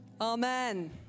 amen